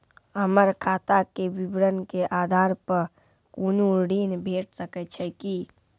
हमर खाता के विवरण के आधार प कुनू ऋण भेट सकै छै की?